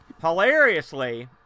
Hilariously